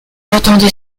attendait